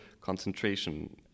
concentration